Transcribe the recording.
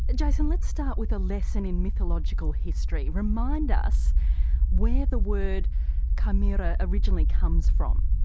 ah jason, let's start with a lesson in mythological history. remind us where the word chimera originally comes from.